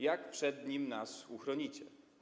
Jak przed nim nas uchronicie?